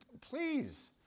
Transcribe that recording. please